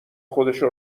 خودشو